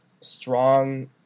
strong